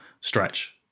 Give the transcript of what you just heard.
stretch